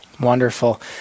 Wonderful